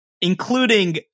including